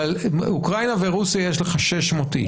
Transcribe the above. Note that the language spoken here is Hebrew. אבל אוקראינה ורוסיה יש לך 600 איש.